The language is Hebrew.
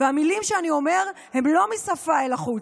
והמילים שאני אומר הן לא מהשפה אל החוץ.